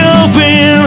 open